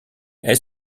est